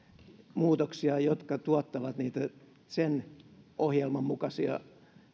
muutoksia jotka tuottavat niitä sen ohjelman mukaisia